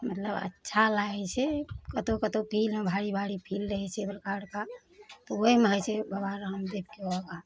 मतलब अच्छा लागै छै कतौ कतौ फील्डमे भारी भारी फील्ड रहै छै बड़का बड़का तऽ ओहिमे होइ छै बाबा राम देवके योगा